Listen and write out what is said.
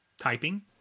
typing